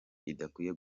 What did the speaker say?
idakwiye